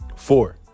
Four